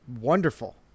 wonderful